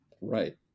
right